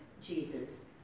Jesus